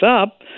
up